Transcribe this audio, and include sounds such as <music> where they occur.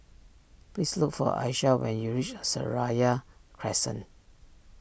please look for Alysha when you reach <hesitation> Seraya Crescent